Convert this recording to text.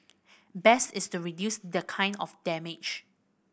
best is to reduce the kind of damage